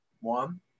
One